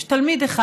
יש תלמיד אחד,